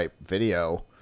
video